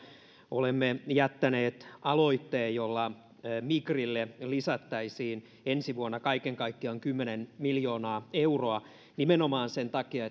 olemme jättäneet aloitteen jolla migrille lisättäisiin ensi vuonna kaiken kaikkiaan kymmenen miljoonaa euroa nimenomaan sen takia